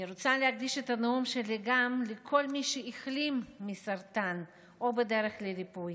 אני רוצה להקדיש את הנאום שלי גם לכל מי שהחלים מסרטן או בדרך לריפוי.